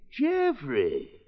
Jeffrey